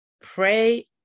Pray